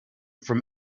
from